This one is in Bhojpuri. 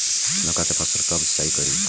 मका के फ़सल कब सिंचाई करी?